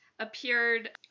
Appeared